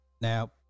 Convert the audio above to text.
Now